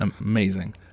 amazing